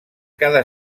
cada